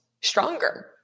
stronger